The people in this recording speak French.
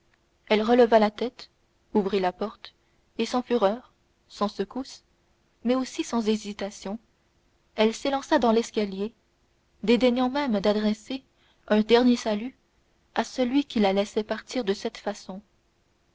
elle releva la tête ouvrit la porte et sans fureur sans secousse mais aussi sans hésitation elle s'élança dans l'escalier dédaignant même d'adresser un dernier salut à celui qui la laissait partir de cette façon